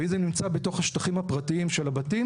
ואם זה נמצא בתוך השטחים הפרטיים של הבתים,